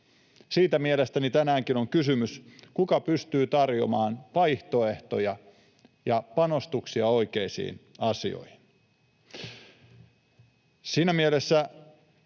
Siitä mielestäni tänäänkin on kysymys — kuka pystyy tarjoamaan vaihtoehtoja ja panostuksia oikeisiin asioihin?